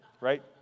right